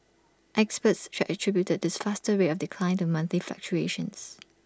experts should attributed this faster rate of decline to monthly fluctuations